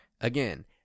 again